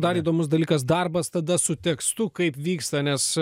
dar įdomus dalykas darbas tada su tekstu kaip vyksta nes